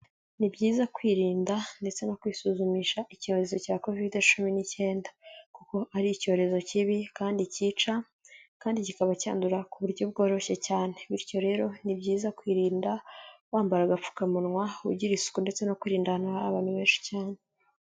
Ni byiza kwirinda ndetse no kwisuzumisha icyorezo cya covid-19, kuko ari icyorezo kibi kandi cyica kandi kikaba cyandura ku buryo bworoshye cyane, bityo rero ni byiza kwirinda wambara agapfukamunwa ugira isuku ndetse no kwindwara abantu benshi cyane.